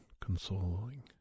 consoling